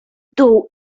dół